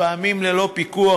לפעמים ללא פיקוח.